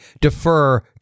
defer